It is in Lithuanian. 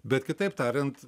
bet kitaip tariant